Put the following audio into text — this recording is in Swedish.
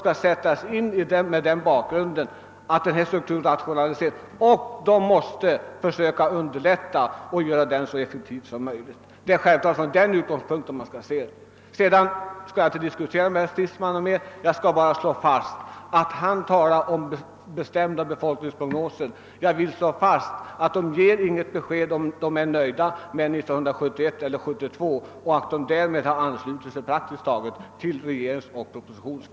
De måste ses mot bakgrunden av denna strukturomvandling. De måste försöka underlätta och göra den så effektiv som möjligt. Det är från den utgångspunkten man skall se detta. Vidare skall jag inte diskutera mera med herr Stridsman. Jag vill bara slå fast att han talar om bestämda befolkningsprognoser. Jag vill understryka att man ger inget besked om man är nöjd med 1971 eller 1972 som tidpunkt för fastställande av regionpolitiska målsättningar och att man därmed praktiskt taget har anslutit sig till regeringens förslag i propositionen.